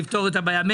הזכרת את נושא ההשקעות,